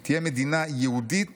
היא תהיה מדינה יהודית